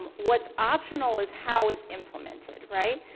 what's optional is how it's implemented, right?